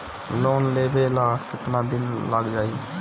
Loan लेबे ला कितना दिन लाग जाई?